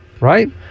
right